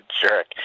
jerk